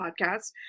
podcast